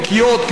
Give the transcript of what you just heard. נקיות,